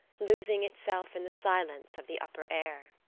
losing itself in the silence of the upper air.